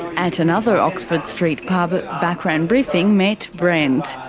at another oxford street pub, background briefing met brent.